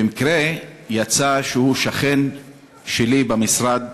במקרה יצא שהוא שכן שלי, במשרד